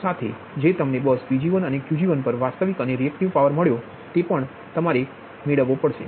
સાથે જે તમને બસ PG1 અને QG1 પર વાસ્તવિક અને રીઍક્ટીવ પાવર મળ્યો તે પણ તમારે મેળવવો પડશે